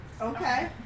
Okay